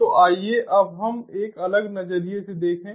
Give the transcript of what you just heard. तो आइए अब हम एक अलग नजरिए से देखें